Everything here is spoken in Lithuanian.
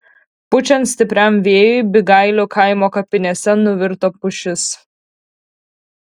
pučiant stipriam vėjui bygailių kaimo kapinėse nuvirto pušis